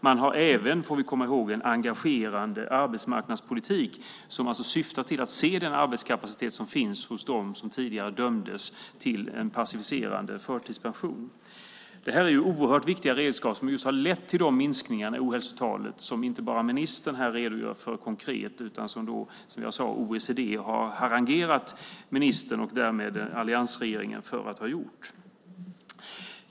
Man har även en engagerad arbetsmarknadspolitik som syftar till att se den arbetskapacitet som finns hos dem som tidigare dömdes till en passiviserande förtidspension. Detta är viktiga redskap som har lett till de minskningar i ohälsotalen som inte bara ministern konkret redogör för utan som också OECD har hyllat ministern och därmed alliansregeringen för att ha åstadkommit.